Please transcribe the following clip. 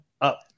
up